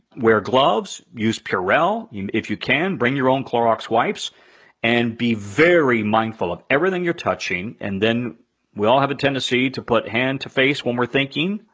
wear gloves, use purell, if you can bring your own clorox wipes and be very mindful of everything you're touching. and then we all have a tendency to put hand to face when we're thinking,